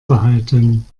behalten